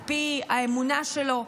על פי האמונה שלו.